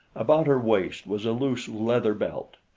about her waist was a loose leather belt,